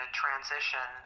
transition